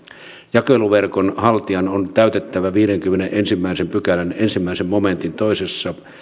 jakeluverkon haltijan on täytettävä viidennenkymmenennenensimmäisen pykälän ensimmäisen momentin kaksi